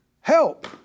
help